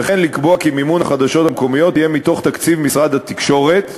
וכן לקבוע כי מימון החדשות המקומיות יהיה מתוך תקציב משרד התקשורת,